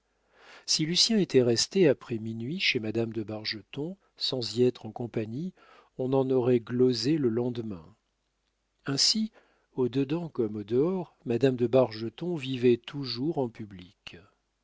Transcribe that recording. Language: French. si lucien était resté après minuit chez madame de bargeton sans y être en compagnie on en aurait glosé le lendemain ainsi au dedans comme au dehors madame de bargeton vivait toujours en public